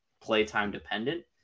playtime-dependent